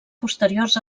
posteriors